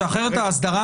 שאחרת האסדרה